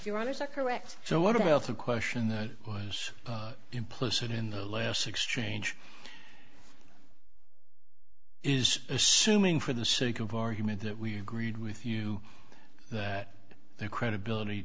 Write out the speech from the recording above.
your honors are correct so what about the question that was implicit in the last exchange is assuming for the sake of argument that we agreed with you that their credibility